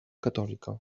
catòlica